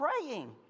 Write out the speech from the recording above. praying